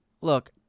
Look